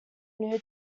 new